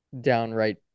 downright